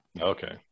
Okay